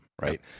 right